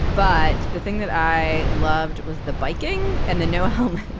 but the thing that i loved was the biking and the no um